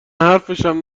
حرفشم